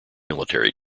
military